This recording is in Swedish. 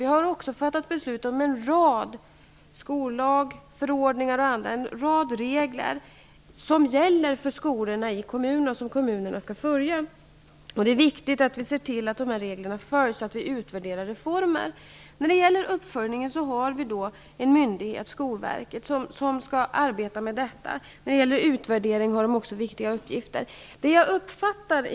Vi har också fattat en rad andra beslut; skollagen, förordningar och annat som gäller för skolorna i kommunerna och som kommunerna skall följa. Det är viktigt att vi ser till att de här reglerna följs och att vi utvärderar reformer. Vi har vi en myndighet, Skolverket, som skall arbeta med uppföljning. Det har också viktiga uppgifter när det gäller utvärdering.